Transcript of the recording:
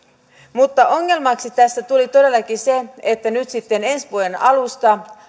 mutta ongelmaksi tässä tuli todellakin se että nyt sitten ensi vuoden alusta